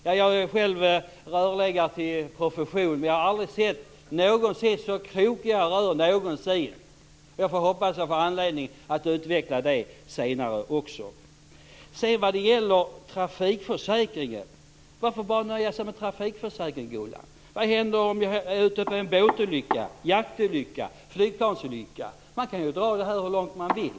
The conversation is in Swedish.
Jag är själv rörläggare till professionen, men jag har aldrig någonsin sett så krokiga rör. Jag får hoppas att jag får anledning att utveckla också det senare. Varför nöja sig med trafikförsäkringen, Gullan Lindblad? Vad händer om man är med om en båtolycka, jaktolycka eller flygplansolycka? Man kan dra det hur långt man vill.